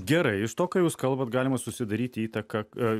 gerai iš to ką jūs kalbat galima susidaryti įtaką